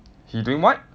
he doing what